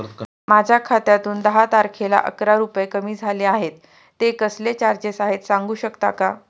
माझ्या खात्यातून दहा तारखेला अकरा रुपये कमी झाले आहेत ते कसले चार्जेस आहेत सांगू शकता का?